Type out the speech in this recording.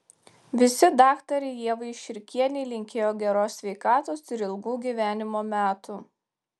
visi daktarei ievai širkienei linkėjo geros sveikatos ir ilgų gyvenimo metų